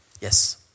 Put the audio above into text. Yes